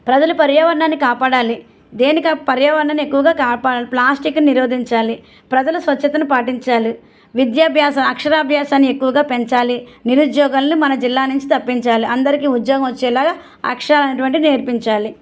ప్రజలు పర్యావరణాన్ని కాపాడాలి దేనికి ఆ పర్యావరణాన్ని ఎక్కువగా కాపాడాలి ప్లాస్టిక్ని నిరోధించాలి ప్రజలు స్వచ్ఛతను పాటించాలి విద్యాభ్యాస అక్షరాభ్యాసాన్ని ఎక్కువగా పెంచాలి నిరుద్యోగాలని మన జిల్లా నుంచి తప్పించాలి అందరికీ ఉద్యోగం వచ్చేలా అక్షరాలు అనేటివి నేర్పించాలి